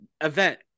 event